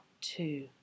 two